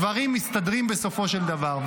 הדברים מסתדרים בסופו של דבר.